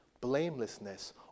blamelessness